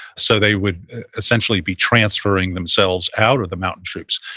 so they would essentially be transferring themselves out of the mountain troops.